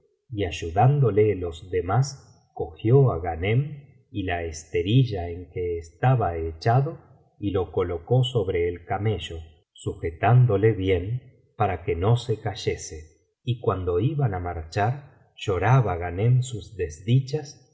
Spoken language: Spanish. y ayudándole los demás cogió á ghanem y la esterilla en que estaba echado y lo colocó sobre el camello sujetándole bien para que no se cayese y cuando iban á marchar lloraba ghanem sus desdichas y